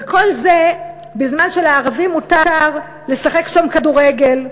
וכל זה בזמן שלערבים מותר לשחק שם כדורגל,